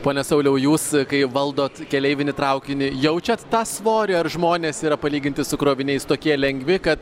pone sauliau jūs kai valdot keleivinį traukinį jaučiat tą svorį ar žmonės yra palyginti su kroviniais tokie lengvi kad